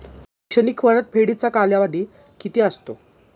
शैक्षणिक परतफेडीचा कालावधी किती असतो?